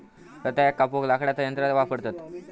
रताळ्याक कापूक लाकडाचा यंत्र वापरतत